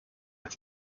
als